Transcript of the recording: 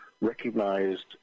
recognized